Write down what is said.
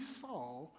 saw